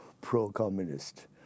pro-communist